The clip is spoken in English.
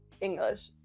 English